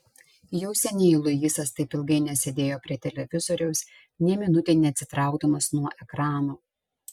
jau seniai luisas taip ilgai nesėdėjo prie televizoriaus nė minutei neatsitraukdamas nuo ekrano